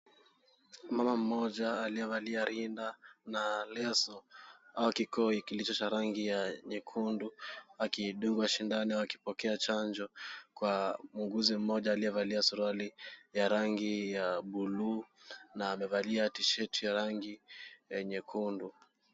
Mama mmoja aliyevalia rinda na leso au kikoi kilicho cha rangi ya nyekundu akidungwa sindano au akipokea chanjo kwa muuguzi mmoja aliyevalia suruali ya rangi ya bluu na amevalia tishati ya rangi ya nyekundu.